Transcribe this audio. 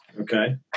Okay